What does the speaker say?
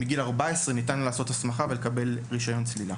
מגיל 14 ניתן לעשות שם הסמכה ולקבל רישיון צלילה.